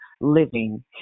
living